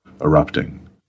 erupting